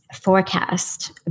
forecast